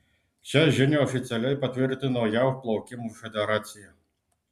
šią žinią oficialiai patvirtino jav plaukimo federacija